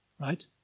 Right